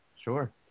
sure